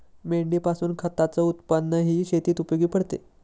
मेंढीपासून खताच उत्पन्नही शेतीत उपयोगी पडते